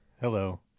Hello